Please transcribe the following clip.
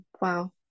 wow